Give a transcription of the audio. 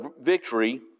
victory